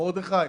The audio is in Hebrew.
מרדכי,